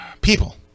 People